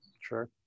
sure